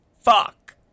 fuck